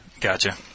Gotcha